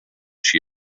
she